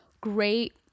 great